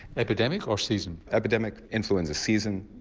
epidemic or season? epidemic influenza season,